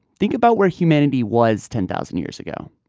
think about where humanity was ten thousand years ago.